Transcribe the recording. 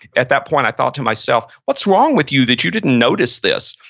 at that point i thought to myself, what's wrong with you that you didn't notice this?